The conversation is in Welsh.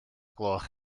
gloch